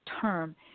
term